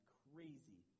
crazy